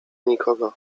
nikogo